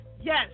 yes